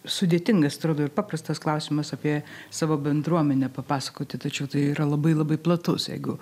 sudėtingas atrodo ir paprastas klausimas apie savo bendruomenę papasakoti tačiau tai yra labai labai platus jeigu